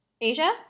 Asia